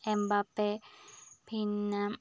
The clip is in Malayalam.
എംബാപ്പെ പിന്നെ